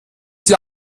sie